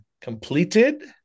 completed